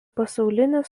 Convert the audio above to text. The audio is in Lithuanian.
pasaulinis